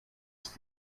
ist